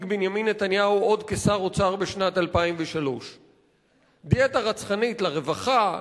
בנימין נתניהו עוד כשר האוצר בשנת 2003. דיאטה רצחנית לרווחה,